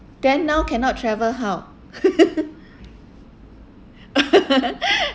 then now cannot travel how